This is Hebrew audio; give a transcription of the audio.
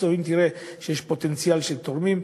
אם היא תראה שיש פוטנציאל של תורמים,